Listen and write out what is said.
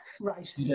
right